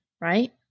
right